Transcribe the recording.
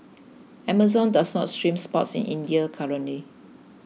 Amazon does not stream sports in India currently